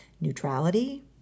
neutrality